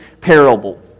parable